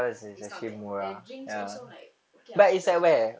it's not bad the drinks also like okay I see that